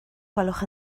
gwelwch